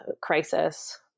crisis